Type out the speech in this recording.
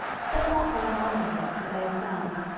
set not thy mind on them for they are found.